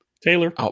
Taylor